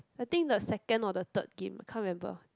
I think the second or the third game I can't remember